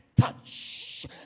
touch